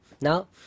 now